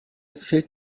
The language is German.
fehlt